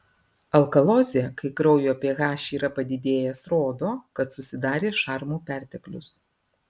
alkalozė kai kraujo ph yra padidėjęs rodo kad susidarė šarmų perteklius